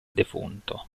defunto